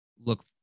look